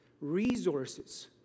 resources